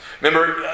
Remember